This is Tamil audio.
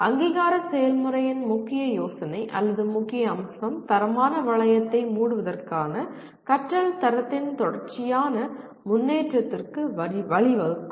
அங்கீகார செயல்முறையின் முக்கிய யோசனை அல்லது முக்கிய அம்சம் தரமான வளையத்தை மூடுவதற்கான கற்றல் தரத்தில் தொடர்ச்சியான முன்னேற்றத்திற்கு வழிவகுக்கும்